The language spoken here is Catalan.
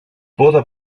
poda